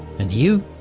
and you,